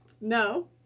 No